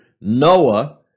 Noah